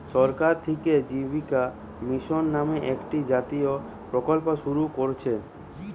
সরকার থিকে জীবিকা মিশন নামে একটা জাতীয় প্রকল্প শুরু কোরছে